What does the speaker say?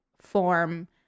form